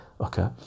okay